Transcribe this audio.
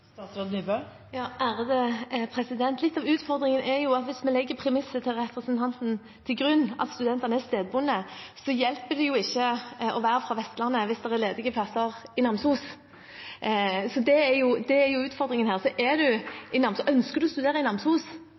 Litt av utfordringen er jo at hvis man legger premisset til representanten til grunn, at studentene er stedbundne, hjelper det jo ikke å være fra Vestlandet hvis det er ledige plasser i Namsos. Det er utfordringen her. Ønsker en å studere i Namsos, har en mulighet til å ta sykepleierutdanningen der, nettopp fordi det er ledige plasser der. Så er